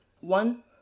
One